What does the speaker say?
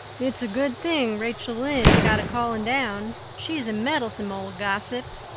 it's a good thing rachel lynde got a calling down she's a meddlesome old gossip,